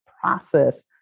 process